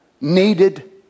needed